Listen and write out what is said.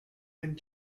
and